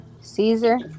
Caesar